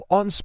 on